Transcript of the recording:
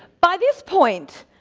by this point,